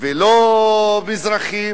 ולא מזרחים,